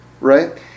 Right